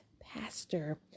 pastor